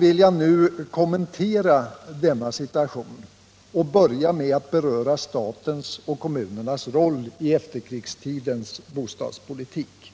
vill jag nu kommentera denna situation och börja med att beröra statens och kommunernas roll i efterkrigstidens bostadspolitik.